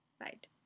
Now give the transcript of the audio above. Right